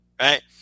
Right